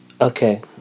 Okay